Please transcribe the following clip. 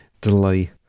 delay